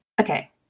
Okay